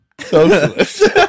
socialist